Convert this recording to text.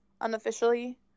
unofficially